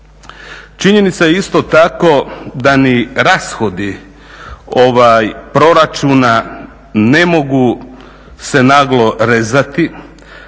Činjenica je isto tako da ni rashodi proračuna ne mogu se naglo rezati